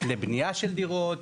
לבנייה של דירות,